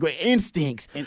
instincts